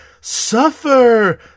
suffer